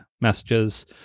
messages